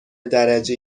درجه